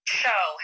show